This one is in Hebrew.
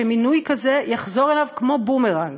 שמינוי כזה יחזור אליו כמו בומרנג.